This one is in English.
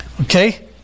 Okay